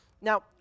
Now